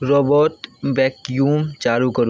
robot vacuum चालू करू